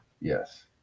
Yes